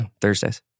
Thursdays